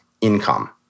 income